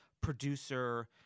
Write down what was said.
producer